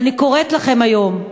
ואני קוראת לכן היום,